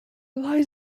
lies